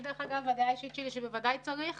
הדעה האישית שלי היא שבוודאי צריך,